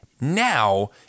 now